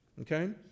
Okay